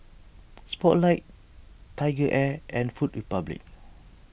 Spotlight TigerAir and Food Republic